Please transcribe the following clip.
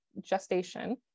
gestation